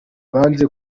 banze